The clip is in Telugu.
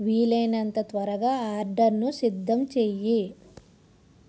వీలైనంత త్వరగా ఆర్డర్ను సిద్ధం చెయ్యి